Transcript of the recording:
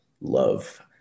love